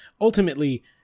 ultimately –